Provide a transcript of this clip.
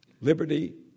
liberty